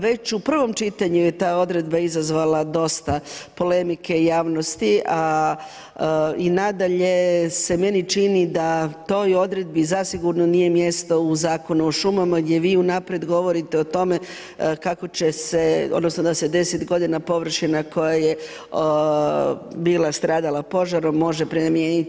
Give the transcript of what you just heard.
Već u prvom čitanju je ta odredba izazvala dosta polemike javnosti, a i nadalje se meni čini da toj odredbi zasigurno nije mjesto u Zakonu o šumama gdje vi unaprijed govorite o tome kako će se, odnosno da se 10 godina površina koja je bila stradala požarom može prenamijeniti.